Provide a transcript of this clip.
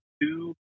two